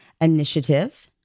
initiative